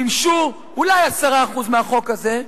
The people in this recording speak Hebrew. מימשו אולי 10% מהחוק הזה.